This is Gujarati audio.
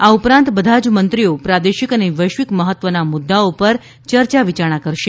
આ ઉપરાંત બધા જ મંત્રીઓ પ્રાદેશિક અને વૈશ્વિક મહત્વના મુદ્દાઓ ઉપર ચર્ચા વિચારણા કરશે